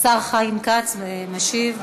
השר חיים כץ משיב.